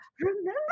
remember